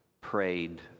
prayed